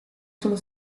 sullo